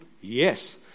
yes